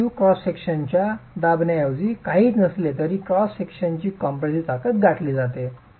Pu cross सेक्शनच्या दाबण्याऐवजी काहीच नसले तरी क्रॉस सेक्शनची कॉम्प्रेसिव्ह ताकद गाठली जाते